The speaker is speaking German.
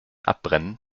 abbrennen